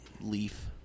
leaf